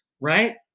right